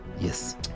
Yes